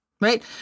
Right